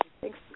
Thanks